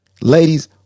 Ladies